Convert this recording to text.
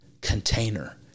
container